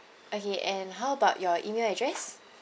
okay and how about your email address